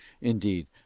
Indeed